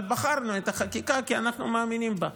אבל בחרנו את החקיקה כי אנחנו מאמינים בה.